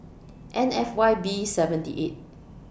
N F Y B seventy eight